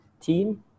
team